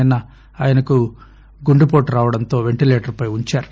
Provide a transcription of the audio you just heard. నిన్న ఆయనకు గుండెపోటు రావడంతో వెంటిలేటర్పై ఉంచారు